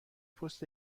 پست